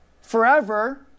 forever